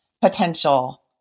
potential